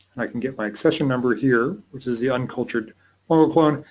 i can get my accession number here which is the uncultured fungal clone.